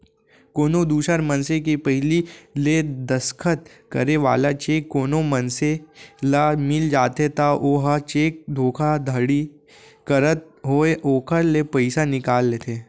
कोनो दूसर मनसे के पहिली ले दस्खत करे वाला चेक कोनो मनसे ल मिल जाथे त ओहा चेक धोखाघड़ी करत होय ओखर ले पइसा निकाल लेथे